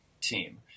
team